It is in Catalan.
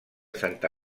santa